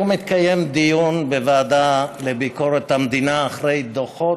היום התקיים דיון בוועדה לביקורת המדינה אחרי דוחות